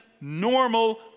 normal